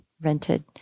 rented